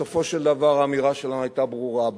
בסופו של דבר האמירה שלנו היתה ברורה: